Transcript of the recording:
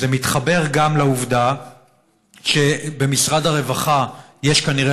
זה מתחבר גם לעובדה שבמשרד הרווחה כנראה